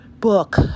book